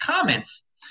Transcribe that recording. comments